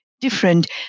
different